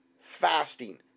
fasting